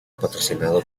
patrocinado